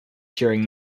during